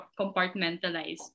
compartmentalize